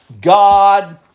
God